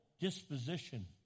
disposition